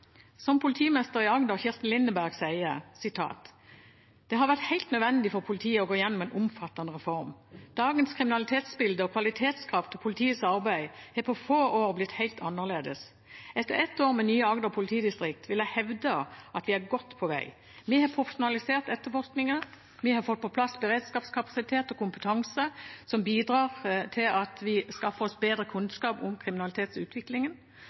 fungerer. Politimesteren i Agder, Kirsten Lindeberg, sier: «Det har vært helt nødvendig for politiet å gå gjennom en omfattende reform. Dagens kriminalitetsbilde og kvalitetskrav til politiets arbeid har på få år blitt helt annerledes. Etter ett år med «nye Agder politidistrikt» vil jeg hevde at vi er på god vei. Vi har profesjonalisert etterforskningen Vi har fått på plass bedre analysekapasitet og kompetanse, som bidrar til at vi skaffer oss bedre kunnskap om kriminalitetsutviklingen